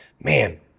Man